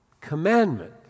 commandment